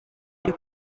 biri